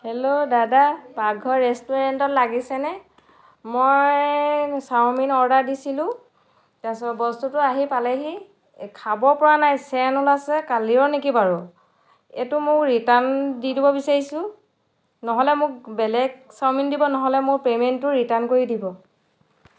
hello দাদা পাকঘৰ ৰেষ্টুৰেণ্টত লাগিছেনে মই অৰ্ডাৰ দিছিলোঁ তাৰপিছত ছাউ মিন বস্তুটো আহি পালেহি খাব পৰা নাই ছেণ্ট ওলাইছে কালিৰ নেকি বাৰু এইটো মোৰ ৰিটাৰ্ণ দি দিব বিচাৰিছোঁ ন'হলে মোক বেলেগ ছাউ মিন দিব নহ'লে মোৰ পে'মেণ্টটো ৰিটাৰ্ণ কৰি দিব